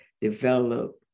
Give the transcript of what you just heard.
develop